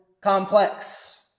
complex